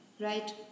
right